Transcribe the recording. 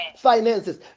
finances